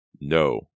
No